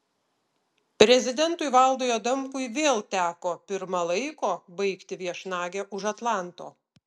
prezidentui valdui adamkui vėl teko pirma laiko baigti viešnagę už atlanto